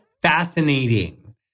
fascinating